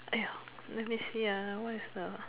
!aiyo! let me see ah what is the